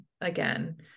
Again